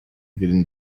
within